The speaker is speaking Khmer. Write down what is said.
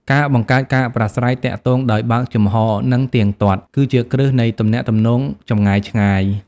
ការបង្កើតការប្រាស្រ័យទាក់ទងដោយបើកចំហ និងទៀងទាត់ គឺជាគ្រឹះនៃទំនាក់ទំនងចម្ងាយឆ្ងាយ។